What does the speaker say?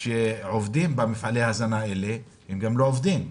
שעובדים במפעלי ההזנה האלה גם לא עובדים,